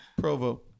Provo